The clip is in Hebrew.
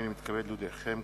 הנני מתכבד להודיעכם,